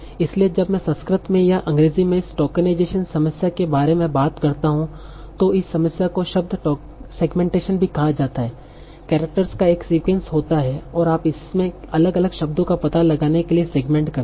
इसलिए जब मैं संस्कृत में या अंग्रेजी में इस टोकनाइजेशन समस्या के बारे में बात करता हूं तो इस समस्या को शब्द सेगमेंटेशन भी कहा जाता है कैरक्टर्स का एक सीक्वेंस होता है और आप इसमें अलग अलग शब्दों का पता लगाने के लिए सेगमेंट करते हैं